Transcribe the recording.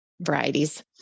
varieties